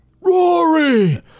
Rory